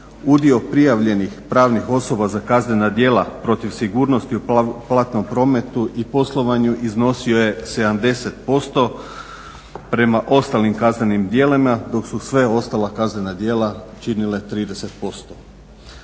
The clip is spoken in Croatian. Udio prijavljenih pravnih osoba za kaznena djela protiv sigurnosti u platnom prometu i poslovanju iznosio je 70% prema ostalim kaznenim djelima dok su sva ostala kaznena djela činila 30%.